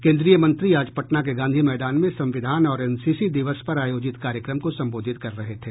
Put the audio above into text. केंद्रीय मंत्री आज पटना के गांधी मैदान में संविधान और एनसीसी दिवस पर आयोजित कार्यक्रम को सम्बोधित कर रहे थे